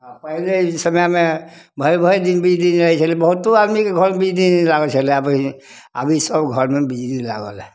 हँ पहिले ई समयमे भरि भरि दिन बिजली नहि रहै छलै बहुत्तो आदमीके घर बिजली नहि लागल छलै पहिने आब ई सब घरमे बिजली लागल हइ